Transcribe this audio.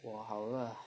我好热